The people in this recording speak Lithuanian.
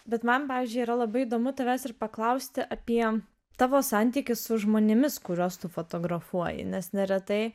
bet man pavyzdžiui yra labai įdomu tavęs ir paklausti apie tavo santykį su žmonėmis kuriuos tu fotografuoji nes neretai